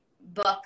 Book